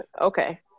Okay